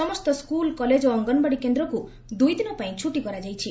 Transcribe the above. ସମସ୍ତ school college ଓ ଅଙ୍ଗନବାଡି କେନ୍ଦ୍ରକୁ ଦୁଇଦିନ ପାଇଁ ଛୁଟି କରାଯାଇଛି